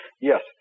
Yes